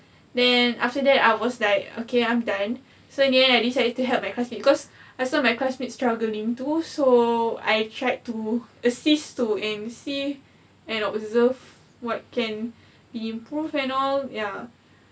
then after that I was like okay I'm done so in the end I did try to help my coursemate cause I saw my classmate struggling to so I tried to assist to and see and observe what can improve and all ya